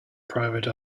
private